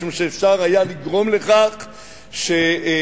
משום שאפשר היה לגרום לכך ש"חמאס"